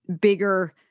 bigger